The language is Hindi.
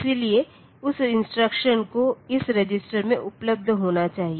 इसलिए उस इंस्ट्रक्शन को इस रजिस्टर में उपलब्ध होना चाहिए